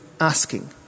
asking